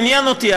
עניין אותי,